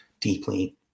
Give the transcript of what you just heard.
deeply